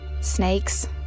Snakes